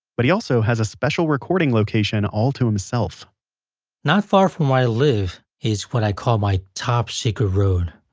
but he also has a special recording location all to himself not far from where i live is what i call my top secret road.